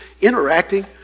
interacting